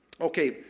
Okay